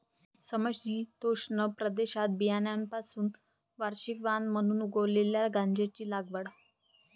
समशीतोष्ण प्रदेशात बियाण्यांपासून वार्षिक वाण म्हणून उगवलेल्या गांजाची लागवड